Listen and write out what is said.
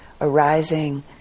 arising